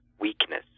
weakness